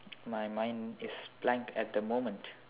my mind is blank at the moment